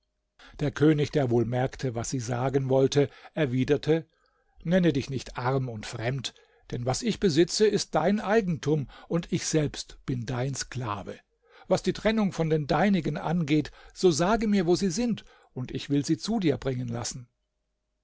der könig der wohl merkte was sie sagen wollte erwiderte nenne dich nicht arm und fremd denn was ich besitze ist dein eigentum und ich selbst bin dein sklave was die trennung von den deinigen angeht so sage mir wo sie sind und ich will sie zu dir bringen lassen